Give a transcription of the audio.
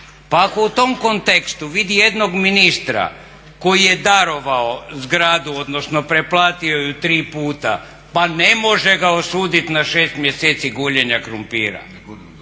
pa ako u tom kontekstu vidi jednog ministra koji je darovao zgradu, odnosno preplatio ju tri puta pa ne može ga osudit na 6 mjeseci guljenja krumpira